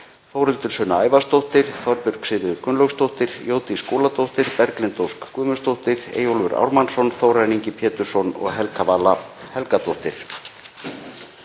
Þórhildur Sunna Ævarsdóttir, Þorbjörg Sigríður Gunnlaugsdóttir, Jódís Skúladóttir, Berglind Ósk Guðmundsdóttir, Eyjólfur Ármannsson, Þórarinn Ingi Pétursson og Helga Vala Helgadóttir.